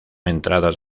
entradas